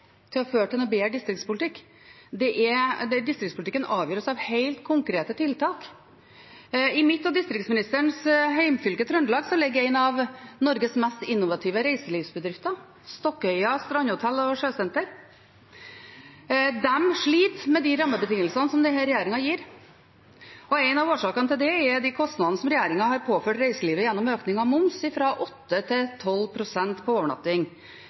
til å føre til noen bedre distriktspolitikk. Distriktspolitikken avgjøres av helt konkrete tiltak. I mitt og distriktsministerens hjemfylke, Trøndelag, ligger en av Norges mest innovative reiselivsbedrifter, Stokkøya strandhotell og sjøsenter. De sliter med de rammebetingelsene som denne regjeringen gir, og en av årsakene til det er kostnadene som regjeringen har påført reiselivet gjennom økning av moms, fra 8 pst. til 12 pst. på overnatting.